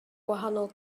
gwahanol